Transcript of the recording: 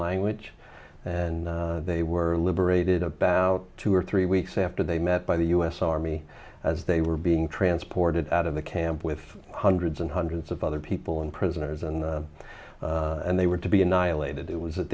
language and they were liberated about two or three weeks after they met by the u s army as they were being transported out of the camp with hundreds and hundreds of other people and prisoners and and they were to be annihilated it was at